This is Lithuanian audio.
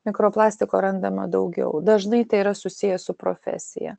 mikroplastiko randama daugiau dažnai tai yra susiję su profesija